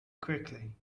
quickly